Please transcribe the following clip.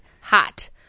Hot